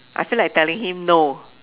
I feel like telling him no